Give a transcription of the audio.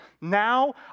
now